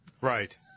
right